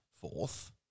fourth